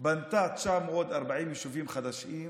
בנתה 940 יישובים חדשים,